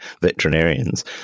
veterinarians